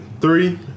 Three